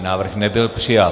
Návrh nebyl přijat.